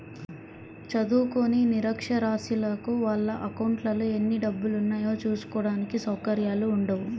చదువుకోని నిరక్షరాస్యులకు వాళ్ళ అకౌంట్లలో ఎన్ని డబ్బులున్నాయో చూసుకోడానికి సౌకర్యాలు ఉండవు